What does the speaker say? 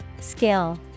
Skill